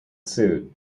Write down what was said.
suit